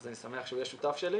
אז אני שמח שהוא יהיה שותף שלי.